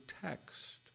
text